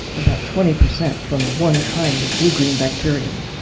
about twenty percent from one kind of blue-green bacterium.